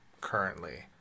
currently